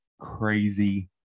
Crazy